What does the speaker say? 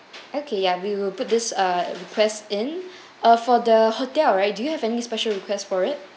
okay ya we will put this uh request in uh for the hotel right do you have any special requests for it